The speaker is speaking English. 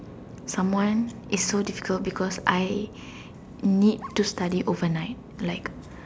someone is so difficult because I need to study overnight like